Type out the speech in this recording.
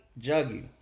juggy